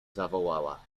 zawołała